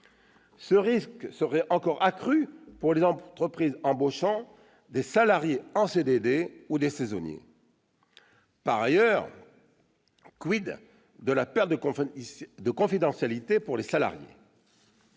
Ce risque serait encore accru pour les entreprises embauchant des salariés en contrat à durée déterminée ou des saisonniers. Par ailleurs, de la perte de confidentialité pour les salariés ?